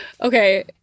Okay